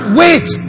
wait